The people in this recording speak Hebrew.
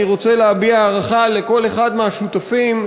אני רוצה להביע הערכה לכל אחד מהשותפים,